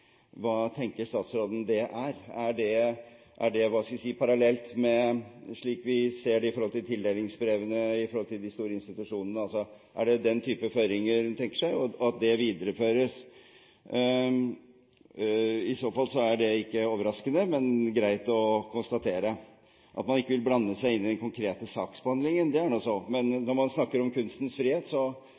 det – hva skal jeg si – parallelt med slik vi ser det i tildelingsbrevene til de store institusjonene? Er det den type føringer hun tenker seg videreføres? I så fall er ikke det overraskende, men greit å konstatere. At man ikke vil blande seg inn i den konkrete saksbehandlingen, er nå så, men når man snakker om kunstens frihet,